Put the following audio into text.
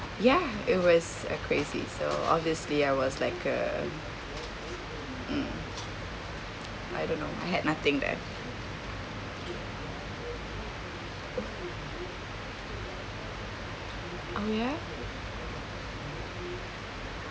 ya it was uh crazy so obviously I was like uh mm I don't know I had nothing there oh ya